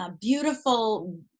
beautiful